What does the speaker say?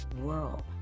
world